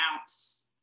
ounce